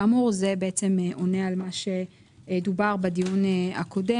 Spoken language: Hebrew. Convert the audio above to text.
כאמור, זה עונה על מה שדובר בדיון הקודם.